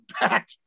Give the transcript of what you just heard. back